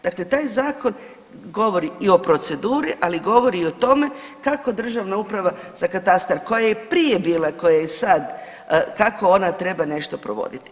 Dakle, taj zakon govori i o proceduri, ali govori i o tome kako državna uprava za katastar koja je i prije bila, koja je i sad kako ona treba nešto provoditi.